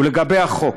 ולגבי החוק,